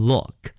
Look